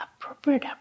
appropriate